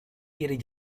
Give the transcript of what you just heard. kiri